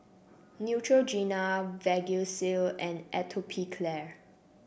Neutrogena Vagisil and Atopiclair